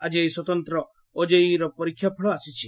ଆଜି ଏହି ସ୍ୱତନ୍ତ୍ ଓଜେଇଇର ପରୀକ୍ଷା ଫଳ ଆସିଛି